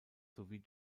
sowie